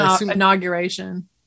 inauguration